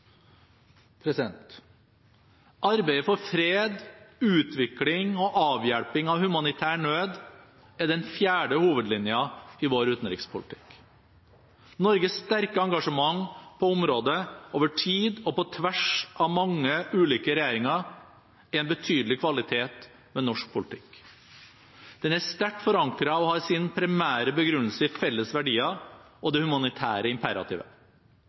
Arbeidet for fred, utvikling og avhjelping av humanitær nød er den fjerde hovedlinjen i vår utenrikspolitikk. Norges sterke engasjement på området, over tid og på tvers av mange ulike regjeringer, er en betydelig kvalitet ved norsk politikk. Den er sterkt forankret og har sin primære begrunnelse i felles verdier og det humanitære